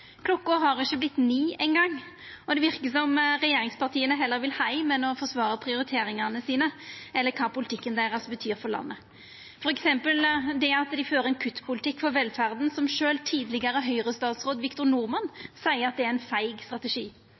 Klokka har ikkje vorte 21 eingong, og det verkar som regjeringspartia heller vil heim enn å forsvara prioriteringane sine eller kva politikken deira betyr for landet, f.eks. det at dei fører ein kuttpolitikk for velferda som sjølv tidlegare Høgre-statsråd Victor Norman seier at er ein feig strategi,